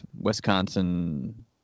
Wisconsin